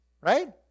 right